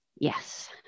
Yes